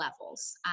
levels